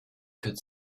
could